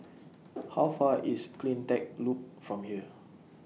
How Far away IS CleanTech Loop from here